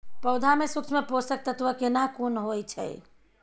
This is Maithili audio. पौधा में सूक्ष्म पोषक तत्व केना कोन होय छै?